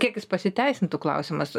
kiek jis pasiteisintų klausimas